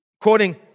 quoting